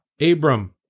Abram